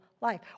life